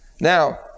Now